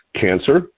cancer